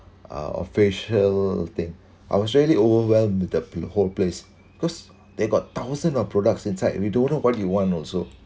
uh official thing I was really overwhelmed the whole place cause they got thousand of products inside we don't know what you want also